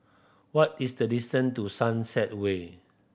what is the distance to Sunset Way